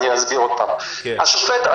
אני אסביר עוד פעם: השופט,